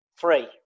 three